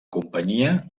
companyia